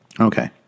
Okay